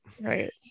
Right